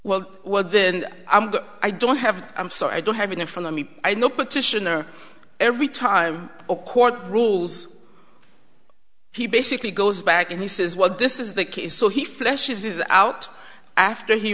well what then i don't have i'm sorry i don't have it in front of me i know petitioner every time the court rules he basically goes back and he says what this is the case so he fleshes out after he